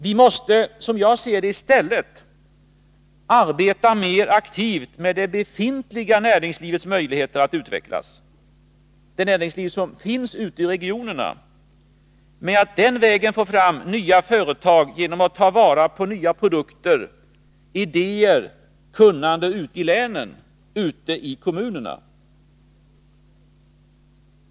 Vi måste, som jag ser det, i stället arbeta mer aktivt med det befintliga näringslivets möjligheter att utvecklas, med att få fram nya företag genom att ta vara på nya produkter, idéer och kunnande ute i länen och ute i kommunerna.